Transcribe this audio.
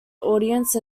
audience